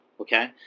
okay